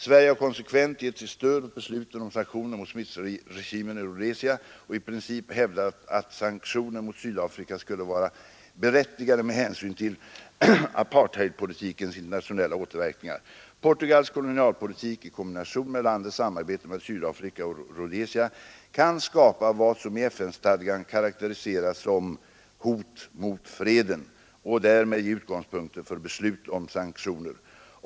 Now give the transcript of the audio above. Sverige har konsekvent gett sitt stöd åt besluten om sanktioner mot Smithregimen i Rhodesia och i princip hävdat att sanktioner mot Sydafrika skulle vara berättigade med hänsyn till apartheidpolitikens internationella återverkningar. Portugals kolonialpolitik i kombination med landets samarbete med Sydafrika och Rhodesia kan skapa vad som i FN-stadgan karakteriseras som ”hot mot freden” och därmed ge utgångspunkter för beslut om sanktioner.